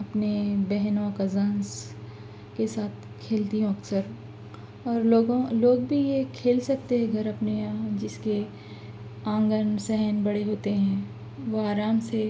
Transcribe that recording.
اپنے بہنوں کزنس کے ساتھ کھیلتی ہوں اکثر اور لوگوں لوگ بھی یہ کھیل سکتے ہیں اگر اپنے یہاں جس کے آنگن صحن بڑے ہوتے ہیں وہ آرام سے